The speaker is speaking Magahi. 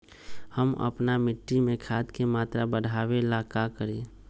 हम अपना मिट्टी में खाद के मात्रा बढ़ा वे ला का करी?